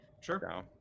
Sure